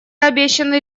обещаны